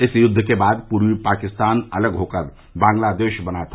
इस युद्ध के बाद पूर्वी पाकिस्तान अलग होकर बांग्लादेश बना था